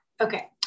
Okay